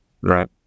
Right